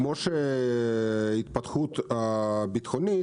כמו ההתפתחות הביטחונית,